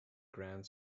grand